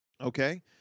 Okay